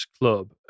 club